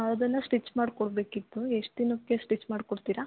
ಅದನ್ನು ಸ್ಟಿಚ್ ಮಾಡಿ ಕೊಡ್ಬೇಕಿತ್ತು ಎಷ್ಟು ದಿನಕ್ಕೆ ಸ್ಟಿಚ್ ಮಾಡ್ಕೊಡ್ತೀರಾ